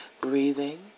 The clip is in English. breathing